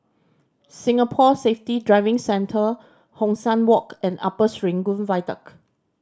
Singapore Safety Driving Centre Hong San Walk and Upper Serangoon Viaduct